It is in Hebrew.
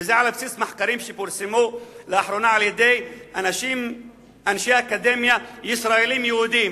וזה על בסיס מחקרים שפורסמו לאחרונה על-ידי אנשי אקדמיה ישראלים-יהודים